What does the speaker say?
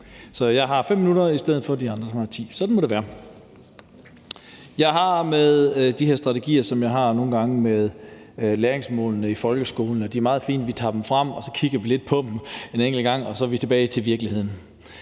jo. Jeg har 5 minutter i stedet for de 10 minutter, som de andre har; sådan må det være. Jeg har det med de her strategier, som jeg nogle gange har det med læringsmålene i folkeskolen: De er meget fine, og vi tager dem frem og kigger lidt på dem en enkelt gang, og så går vi tilbage til virkeligheden.